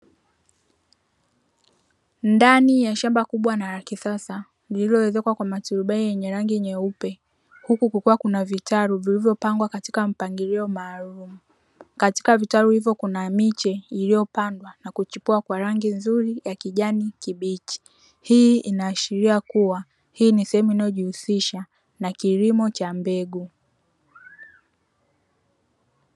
Ndani ya shamba kubwa na la kisasa, lililoezekwa kwa maturubai yenye rangi nyeupe, huku kukiwa kuna vitalu vilivyopangwa katika mpangilio maalumu. Katika vitalu hivyo kuna miche iliyopandwa na kuchipua kwa rangi nzuri ya kijani kibichi; hii inaashiria kuwa hii ni sehemu inayojihusisha na kilimo cha mbegu.